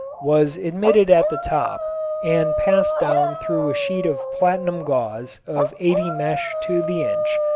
was admitted at the top and passed down through a sheet of platinum gauze of eighty mesh to the inch,